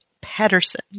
Patterson